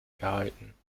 gehalten